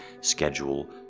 schedule